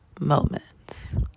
moments